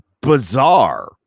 bizarre